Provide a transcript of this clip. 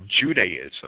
Judaism